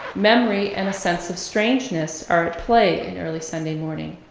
memory and a sense of strangeness are at play in early sunday morning.